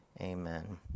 amen